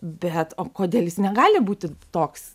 bet o kodėl jis negali būti toks